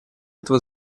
этого